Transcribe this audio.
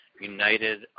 United